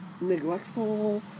neglectful